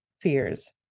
fears